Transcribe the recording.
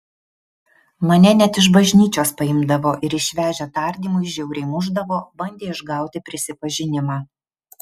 mane net iš bažnyčios paimdavo ir išvežę tardymui žiauriai mušdavo bandė išgauti prisipažinimą